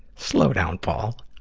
slow down, paul!